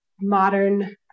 modern